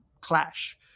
clash